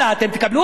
אתם תקבלו אותי?